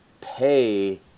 pay